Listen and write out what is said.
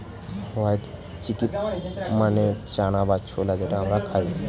white chickpea মানে চানা বা ছোলা যেটা আমরা খাই